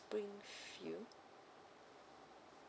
spring field